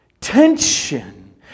tension